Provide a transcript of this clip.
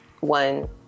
one